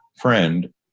friend